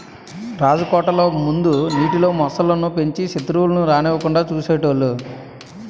రాజకోటల ముందు నీటిలో మొసళ్ళు ను పెంచి సెత్రువులను రానివ్వకుండా చూసేటోలు